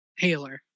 hailer